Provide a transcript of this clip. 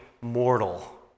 mortal